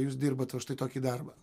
jūs dirbat va štai tokį darbą